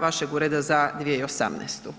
vašeg ureda za 2018.